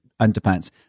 underpants